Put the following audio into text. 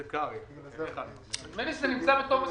נדמה לי שזה נמצא בטופס